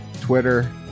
Twitter